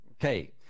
okay